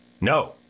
No